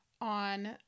on